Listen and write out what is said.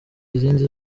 izindi